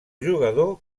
jugador